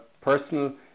personal